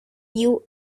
usa